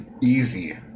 Easy